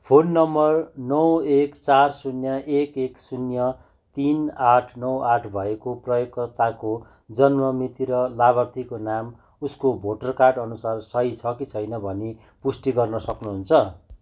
phone number नौ एक चार शून्य एक एक शून्य तिन आठ नौ आठ भएको प्रयोगकर्ताको जन्म मिति र लाभार्थीको नाम उसको भोटर कार्ड अनुसार सही छ कि छैन भनी पुष्टि गर्न सक्नुहुन्छ